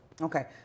Okay